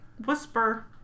...whisper